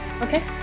Okay